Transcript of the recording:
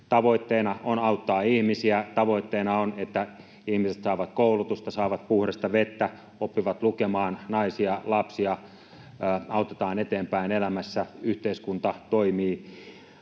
Tavoitteena on auttaa ihmisiä. Tavoitteena on, että ihmiset saavat koulutusta, saavat puhdasta vettä, oppivat lukemaan, naisia, lapsia autetaan eteenpäin elämässä, yhteiskunta toimii.